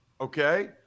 okay